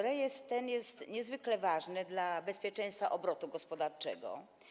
Rejestr ten jest niezwykle ważny dla bezpieczeństwa obrotu gospodarczego.